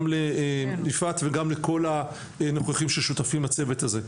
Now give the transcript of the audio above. גם ליפעת וגם לכל הנוכחים ששותפים בצוות הזה.